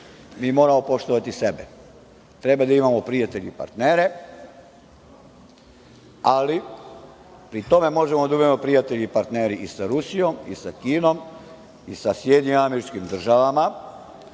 moramo poštovati sebe. Treba da imamo prijatelje i partnere, ali pri tome možemo da imamo prijatelje i partnere i sa Rusijom, i sa Kinom, i sa SAD, i sa EU, možemo